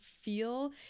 feel